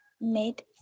made